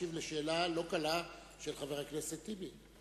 להשיב על שאלה לא קלה של חבר הכנסת טיבי.